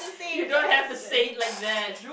you don't have to say it like that